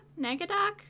Negadoc